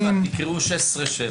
תקראו 16(7),